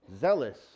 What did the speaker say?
zealous